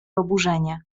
oburzenie